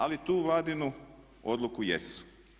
Ali tu Vladinu odluku jesu.